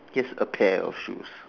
he has a pair of shoe